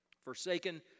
forsaken